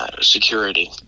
security